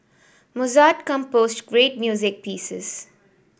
Mozart composed great music pieces